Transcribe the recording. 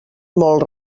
molt